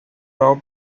now